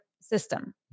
system